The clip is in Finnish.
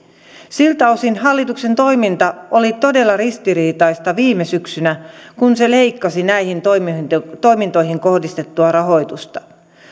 siltä osin hallituksen toiminta oli todella ristiriitaista viime syksynä kun se leikkasi näihin toimintoihin toimintoihin kohdistettua rahoitusta